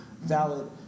valid